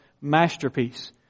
masterpiece